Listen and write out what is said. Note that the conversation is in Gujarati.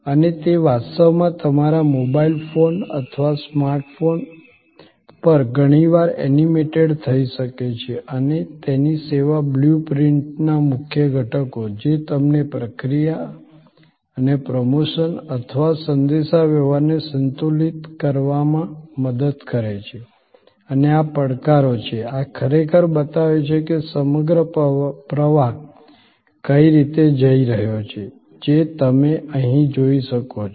અને તે વાસ્તવમાં તમારા મોબાઇલ ફોન અથવા સ્માર્ટ ફોન પર ઘણીવાર એનિમેટેડ થઈ શકે છે અને તેથી સેવા બ્લુ પ્રિન્ટના મુખ્ય ઘટકો જે તમને પ્રક્રિયા અને પ્રમોશન અથવા સંદેશાવ્યવહારને સંતુલિત કરવામાં મદદ કરે છે અને આ પડકારો છે આ ખરેખર બતાવે છે કે સમગ્ર પ્રવાહ કઈ રીતે જય રહ્યો છે જે તમે અહી જોઈ શકો છો